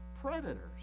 predators